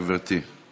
בבקשה, גברתי.